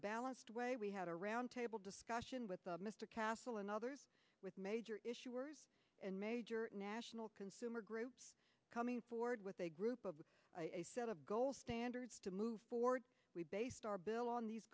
a balanced way we had a roundtable discussion with mr castle and others with major issues and major national consumer groups coming forward with a group of a set of gold standards to move forward we based our bill on these